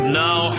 now